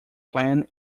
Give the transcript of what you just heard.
clan